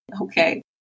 Okay